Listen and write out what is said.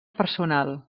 personal